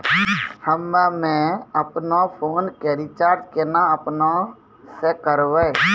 हम्मे आपनौ फोन के रीचार्ज केना आपनौ से करवै?